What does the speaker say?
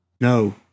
No